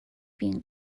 being